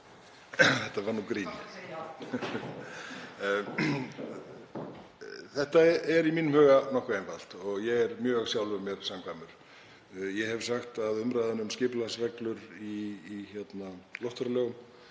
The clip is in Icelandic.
Þetta var grín. Þetta er í mínum huga nokkuð einfalt og ég er sjálfum mér samkvæmur. Ég hef sagt að umræðan um skipulagsreglur í loftferðalögum